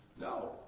No